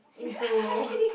me too